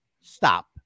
Stop